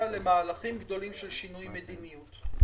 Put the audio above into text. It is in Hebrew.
למהלכים גדולים של שינוי מדיניות.